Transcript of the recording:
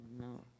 no